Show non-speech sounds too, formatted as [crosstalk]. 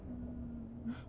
mm [laughs]